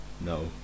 No